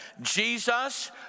Jesus